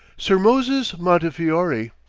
sir moses montefiore.